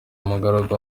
umugaragu